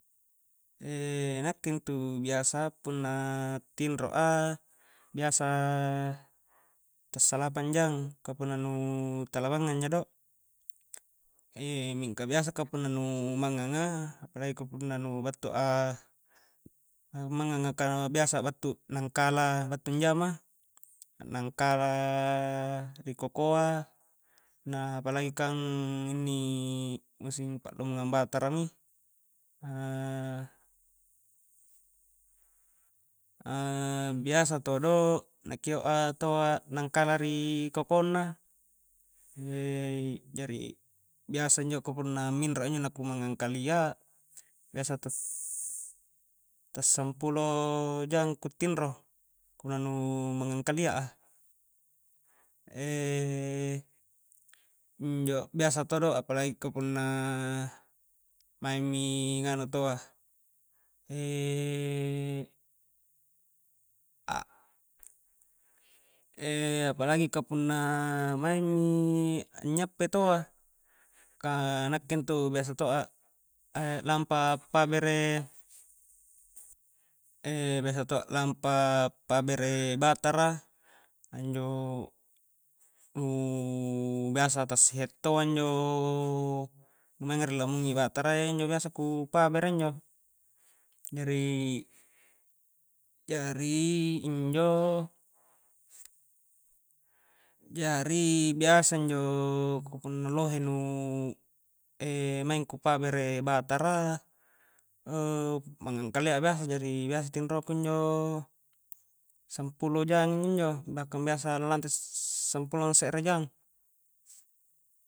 nakke intu biasa punna tinro a biasa ta salapang jang ka punna nu tala mangngang ja do mingka biasa ka punna mangngang apalagi ka punna nu battua mangngang a ka biasa battu a'nangkala battu anjama, a'nangkala ri kokoa na apalagi kan inni musing pa'lamungang batara mi biasa todo na keo'a taua a'nangkala ri kokonna jari biasa injo ka punna minro a injo na ku mangngang kalia biasa ta sampulo jang ku tinro punna nu mangngang kalia'a injo biasa todo apalagi ka punna maing mi nganu taua apalagi ka punna maing mi a'nyappe taua ka nakke intu biasa to a a'lampa pabere biasa to'a lampa pabere batara a injo nu biasa ta si hettoa injo nu mainga ri lamungi batara iya injo biasa ku pabere injo, jari-jari injo jari biasa injo ka punna lohe nu maing ku pabere batara mangngang kalia a biasa jari biasa tinroku injo sampulo jang injo-njo bahkan biasa lante sampulo se're jang.